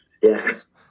yes